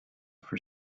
for